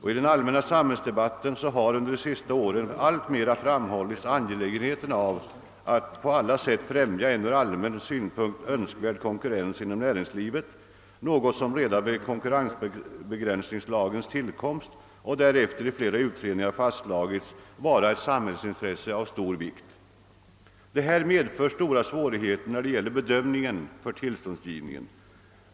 I den allmänna samhällsdebatten har under de senaste åren alltmera framhållits angelägenheten av att på alla sätt främja en ur allmän synpunkt önskvärd konkurrens inom näringslivet — något som redan vid konkurrensbegränsningslagens tillkomst och därefter i flera utredningar fastslagits vara ett samhällsintresse av stor vikt. Detta medför stora svårigheter när det gäller bedömningen av tillståndsgivningen.